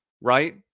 right